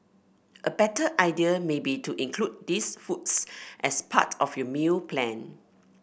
a better idea may be to include these foods as part of your meal plan